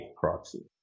proxy